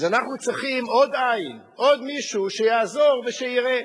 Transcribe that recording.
אנחנו צריכים עוד עין, עוד מישהו שיעזור ויראה.